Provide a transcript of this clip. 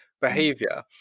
behavior